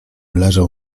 leżał